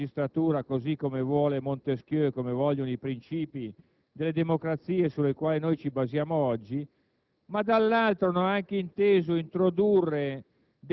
dare appunto grandissima autonomia e indipendenza alla magistratura, così come vuole Montesquieu e come vogliono i princìpi delle democrazie sulle quali noi ci basiamo oggi,